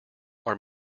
are